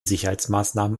sicherheitsmaßnahmen